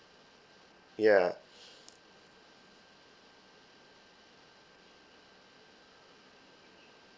yeah